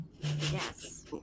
Yes